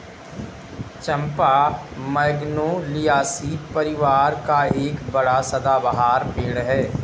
चंपा Magnoliaceae परिवार का एक बड़ा सदाबहार पेड़ है